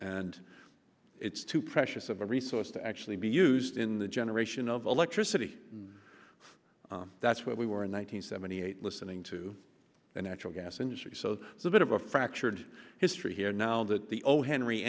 and it's too precious of a resource to actually be used in the generation of electricity and that's where we were in one thousand nine hundred seventy eight listening to the natural gas industry so it's a bit of a fractured history here now that the o'henry